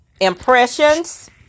Impressions